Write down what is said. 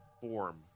form